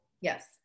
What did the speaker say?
Yes